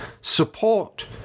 support